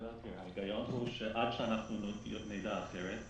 ההיגיון הוא, עד שאנחנו נדע אחרת,